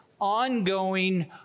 ongoing